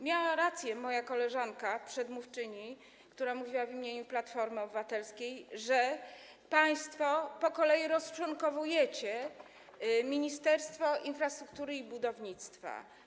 Miała rację moja koleżanka przedmówczyni, która stwierdziła w imieniu Platformy Obywatelskiej, że państwo po kolei rozczłonkowujecie Ministerstwo Infrastruktury i Budownictwa.